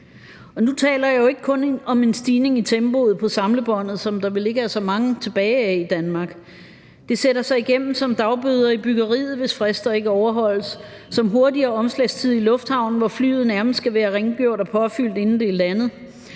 nu taler jeg jo ikke kun om en stigning i tempoet på samlebåndet, som der vel ikke er så mange tilbage af i Danmark. Det sætter sig igennem som dagbøder i byggeriet, hvis frister ikke overholdes, som hurtigere omslagstid i lufthavnen, hvor flyet nærmest skal være rengjort og påfyldt, inden det er landet,